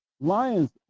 Lions